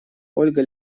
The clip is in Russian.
ольга